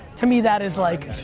to me that is like